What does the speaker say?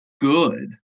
good